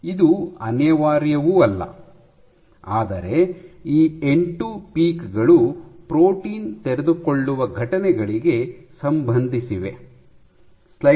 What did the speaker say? ಇದು ಅನಿವಾರ್ಯವಲ್ಲ ಆದರೆ ಈ ಎಂಟು ಪೀಕ್ ಗಳು ಪ್ರೋಟೀನ್ ತೆರೆದುಕೊಳ್ಳುವ ಘಟನೆಗಳಿಗೆ ಸಂಬಂಧಿಸಿವೆ